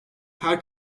her